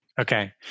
Okay